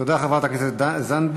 תודה, חברת הכנסת זנדברג.